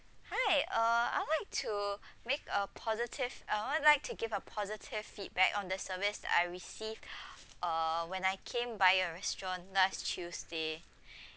hi uh I like to make a positive I would like to give a positive feedback on the service that I received uh when I came by your restaurant last tuesday